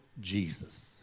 Jesus